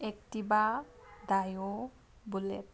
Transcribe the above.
Activa dio bullet